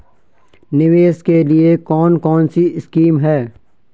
निवेश के लिए कौन कौनसी स्कीम हैं?